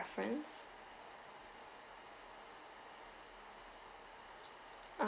reference